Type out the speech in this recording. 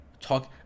Talk